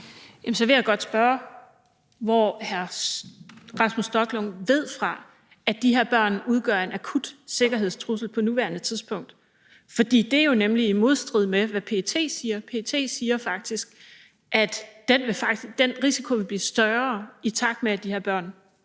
Så vil jeg godt spørge, hvor hr. Rasmus Stoklund ved fra, at de her børn udgør en akut sikkerhedstrussel på nuværende tidspunkt, fordi det jo nemlig er i modstrid med, hvad PET siger. PET siger faktisk, at den her risiko vil blive større, mens de her børn